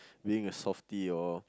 being a softie or